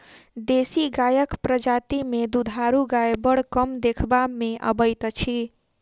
देशी गायक प्रजाति मे दूधारू गाय बड़ कम देखबा मे अबैत अछि